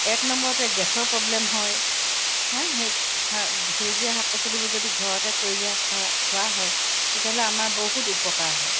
এক নম্বৰতে গেছৰ প্ৰব্লেম হয় সেই সেউজীয়া শাক পাচলিবোৰ যদি ঘৰতে কৰি দিয়া খোৱা খোৱা হয় তেতিয়াহ'লে আমাৰ বহুত উপকাৰ হয়